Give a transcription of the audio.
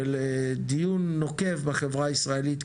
של דיון נוקב בחברה הישראלית,